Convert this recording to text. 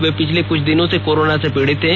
वे पिछले कुछ दिनों से कोरोना से पीड़ित थे